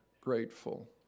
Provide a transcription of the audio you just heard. grateful